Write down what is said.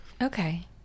Okay